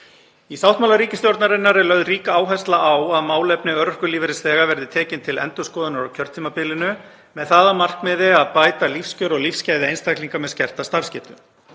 Í sáttmála ríkisstjórnarinnar er lögð rík áhersla á að málefni örorkulífeyrisþega verði tekin til endurskoðunar á kjörtímabilinu með það að markmiði að bæta lífskjör og lífsgæði einstaklinga með skerta starfsgetu.